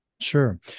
Sure